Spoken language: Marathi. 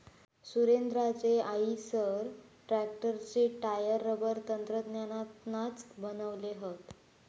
सुरेंद्राचे आईसर ट्रॅक्टरचे टायर रबर तंत्रज्ञानातनाच बनवले हत